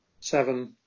seven